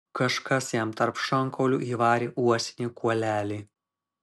kažkas jam tarp šonkaulių įvarė uosinį kuolelį